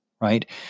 right